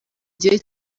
gihe